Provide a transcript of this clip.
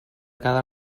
cada